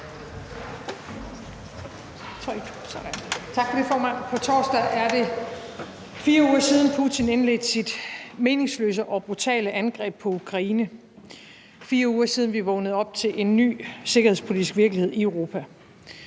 Tak for det, formand. På torsdag er det 4 uger siden, Putin indledte sit meningsløse og brutale angreb på Ukraine. Det er 4 uger siden, vi vågnede op til en ny sikkerhedspolitisk virkelighed i Europa.